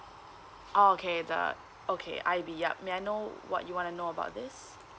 orh okay the okay I_B yup may I know what you wanna know about this